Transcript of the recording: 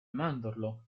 mandorlo